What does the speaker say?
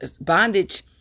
bondage